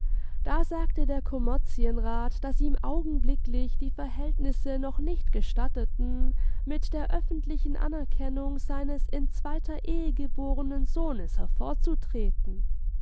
da sagte der kommerzienrat daß ihm augenblicklich die verhältnisse noch nicht gestatteten mit der öffentlichen anerkennung seines in zweiter ehe geborenen sohnes